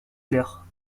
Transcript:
claire